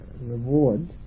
reward